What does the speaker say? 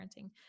parenting